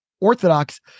orthodox